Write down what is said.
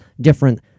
different